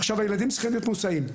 עכשיו, הילדים צריכים להיות מוסעים.